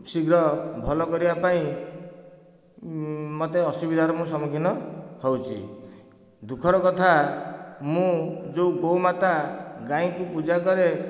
ଶୀଘ୍ର ଭଲ କରିବା ପାଇଁ ମୋତେ ଅସୁବିଧାର ମୁଁ ସମ୍ମୁଖୀନ ହେଉଛି ଦୁଃଖର କଥା ମୁଁ ଯେଉଁ ଗୋ'ମାତା ଗାଈକୁ ପୂଜା କରେ